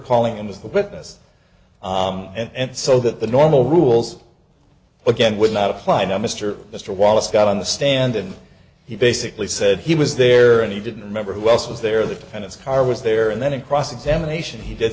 calling him as the witness and so that the normal rules again would not apply now mr mr wallace got on the stand and he basically said he was there and he didn't remember who else was there the defendant's car was there and then in cross examination he did